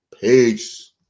Peace